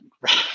right